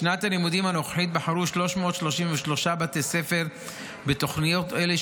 בשנת הלימודים הנוכחית בחרו 333 בתי ספר בתוכניות אלה,